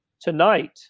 Tonight